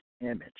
Image